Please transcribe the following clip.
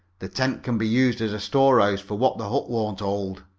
the tent can be used as a storehouse for what the hut won't hold.